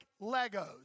Legos